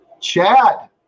Chad